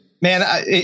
man